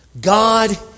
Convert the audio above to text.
God